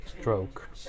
stroke